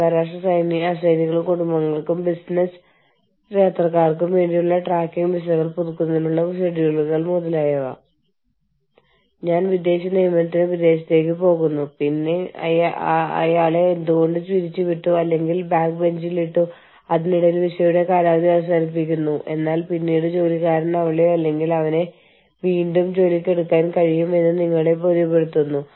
അന്താരാഷ്ട്ര തൊഴിൽ ബന്ധങ്ങൾ നിരീക്ഷിക്കുന്ന വിവിധ സംഘടനകൾ ഒന്ന് world federation of trade unions international confederation of free trade unions international trade union confederation European trade union confederation world confederation of labour ഒഇസിഡിയുടെ ട്രേഡ് യൂണിയൻ ഉപദേശക സമിതി ഗ്ലോബൽ യൂണിയൻ ഫെഡറേഷനുകൾ മുതലായവയാണ്